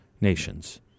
nations